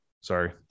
sorry